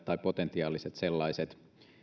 tai potentiaalisille sellaisille